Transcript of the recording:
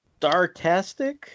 Startastic